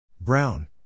Brown